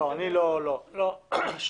רגע.